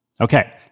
Okay